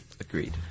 Agreed